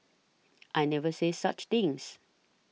I never said such things